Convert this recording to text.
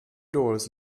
doors